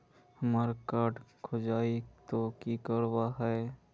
हमार कार्ड खोजेई तो की करवार है?